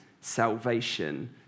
salvation